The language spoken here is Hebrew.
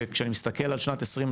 וכשאני מסתכל על שנת 2023,